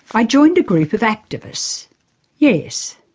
i joined a group of activists yes,